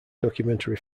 documentary